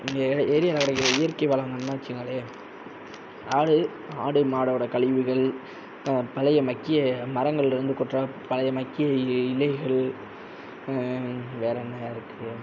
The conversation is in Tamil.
இந்த ஏரியாவில் கிடைக்குற இயற்கை வளம்ன்னு வைச்சுகோங்களேன் ஆடு ஆடு மாடோட கழிவுகள் பழைய மக்கிய மரங்களிலருந்து கொட்டுற பழைய மக்கிய இ இலைகள் வேறு என்ன இருக்குது